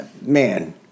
man